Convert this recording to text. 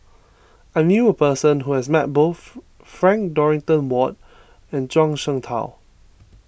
I knew a person who has met both Frank Dorrington Ward and Zhuang Shengtao